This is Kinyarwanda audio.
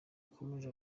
yakomeje